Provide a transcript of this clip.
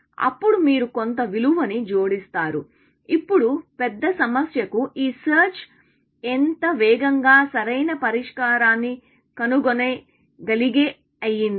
అప్పుడు మీరు కొంత విలువని జోడిస్తారు ఇప్పుడు పెద్ద సమస్యకు ఈ సెర్చ్ ఇంత వేగంగా సరైన పరిష్కారాన్ని కనుగొనగలిగేలా అయింది